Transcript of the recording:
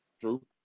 true